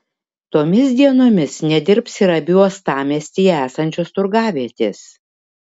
tomis dienomis nedirbs ir abi uostamiestyje esančios turgavietės